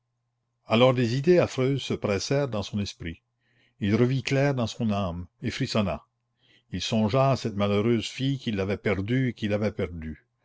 alors des idées affreuses se pressèrent dans son esprit il revit clair dans son âme et frissonna il songea à cette malheureuse fille qui l'avait perdu et qu'il avait perdue